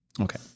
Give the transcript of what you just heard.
Okay